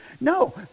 No